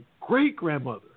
great-grandmother